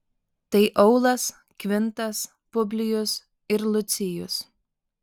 tai aulas kvintas publijus ir lucijus